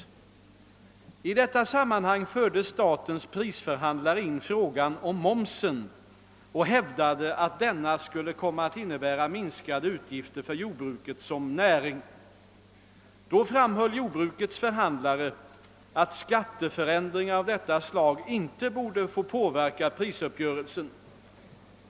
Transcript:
I detta sammanhang förde statens prisförhandlare in frågan om momsen och hävdade att denna skulle komma att innebära minskade utgifter för jordbruket som näring. Då framhöll jordbrukets förhandlare att skatteförändringar av detta slag inte borde få påverka prisuppgörelsen.